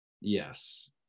yes